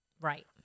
right